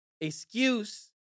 excuse